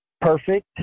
perfect